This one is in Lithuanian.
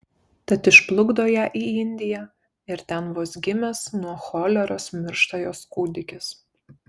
tad išplukdo ją į indiją ir ten vos gimęs nuo choleros miršta jos kūdikis